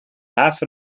half